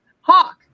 Hawk